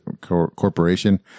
corporation